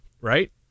Right